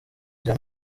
rya